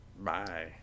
Bye